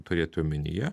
turėti omenyje